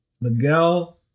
Miguel